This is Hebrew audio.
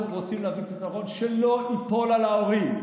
אנחנו רוצים להביא פתרון שלא ייפול על ההורים,